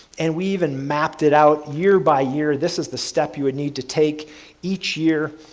and we even mapped it out year-by-year. this is the step you would need to take each year.